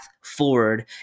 forward